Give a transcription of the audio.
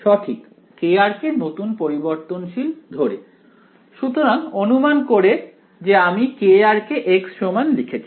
সঠিক kr কে নতুন পরিবর্তনশীল ধরে সুতরাং অনুমান করে যে আমি kr কে x সমান লিখেছি